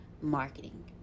marketing